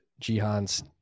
Jihan's